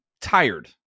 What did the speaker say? tired